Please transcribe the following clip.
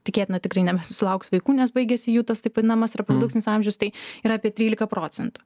tikėtina tikrai nebesusilauks vaikų nes baigėsi jų tas vadinamas reprodukcinis amžius tai yra apie trylika procentų